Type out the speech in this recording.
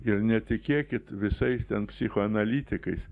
ir netikėkit visais ten psichoanalitikais